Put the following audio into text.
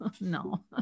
no